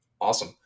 Awesome